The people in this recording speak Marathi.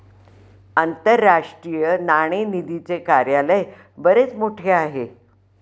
आंतरराष्ट्रीय नाणेनिधीचे कार्यालय बरेच मोठे आहे